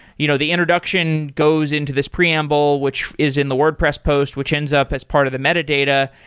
you know the introduction goes into this preamble, which is in the wordpress post, which ends up as part of the metadata.